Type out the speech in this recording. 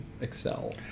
excel